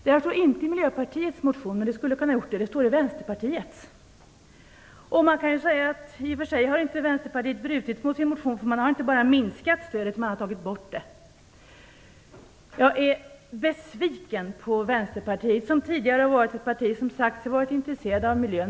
Detta står inte i Miljöpartiets motion, trots att det skulle kunna ha gjort det. Det står nämligen i Vänsterpartiets motion. I och för sig har inte Vänsterpartiet brutit mot det som står i motionen, eftersom man inte har minskat stödet. Man har tagit bort det helt. Jag är besviken på Vänsterpartiet som tidigare har sagt sig att vara intresserat av miljön.